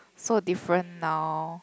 so different now